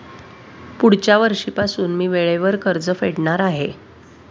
पुढच्या वर्षीपासून मी वेळेवर कर्ज फेडणार आहे